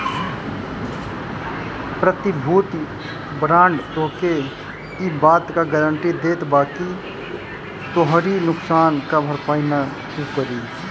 प्रतिभूति बांड तोहके इ बात कअ गारंटी देत बाकि तोहरी नुकसान कअ भरपाई उ करी